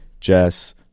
Jess